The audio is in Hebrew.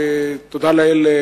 ותודה לאל,